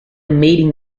meeting